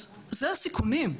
אז זה הסיכונים,